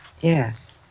Yes